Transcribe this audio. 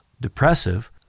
depressive